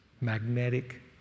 magnetic